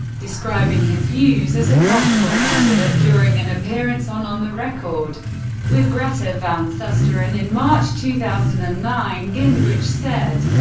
describing his views as a possible candidate during an appearance on on the record with greta van susteren in march two thousand and nine, gingrich said,